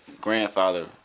Grandfather